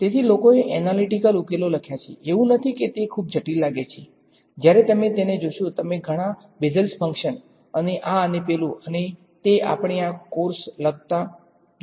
તેથી લોકોએ એનાલીટીકલ ઉકેલો લખ્યા છે એવું નથી કે તે ખૂબ જટિલ લાગે છે જ્યારે તમે તેને જોશો તમને ઘણાં બેઝેલ ફંકશન અને આ અને પેલુ અને તે આપણે આ કોર્સ લખતા ઘણાં જોશું